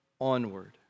onward